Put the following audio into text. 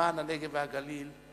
למען הנגב והגליל,